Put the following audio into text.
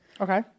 okay